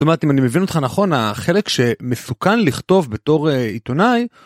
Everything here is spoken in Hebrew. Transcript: זאת אומרת, אם אני מבין אותך נכון, החלק שמסוכן לכתוב בתור עיתונאי.